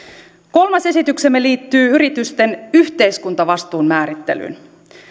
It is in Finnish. kolmas esityksemme liittyy yritysten yhteiskuntavastuun määrittelyyn